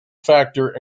factor